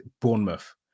Bournemouth